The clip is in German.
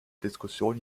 diskussion